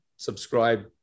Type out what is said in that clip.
subscribe